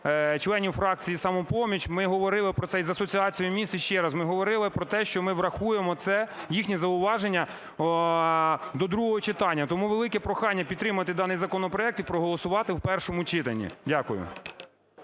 членів фракції "Самопоміч". Ми говорили про це й з Асоціацією міст. І ще раз, ми говорили про те, що ми врахуємо це їхнє зауваження до другого читання. Тому велике прохання підтримати даний законопроект і проголосувати в першому читанні. Дякую.